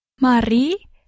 Mari